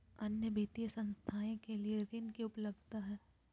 अन्य वित्तीय संस्थाएं के लिए ऋण की उपलब्धता है?